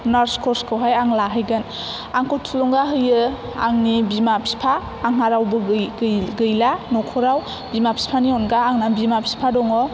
nurse कर्सखौहाय आं लाहैगोन आंखौ थुलुंगा होयो आंनि बिमा बिफा आंहा रावबो गै गै गैला नखराव बिमा बिफानि अनगा आंना बिमा बिफा दङ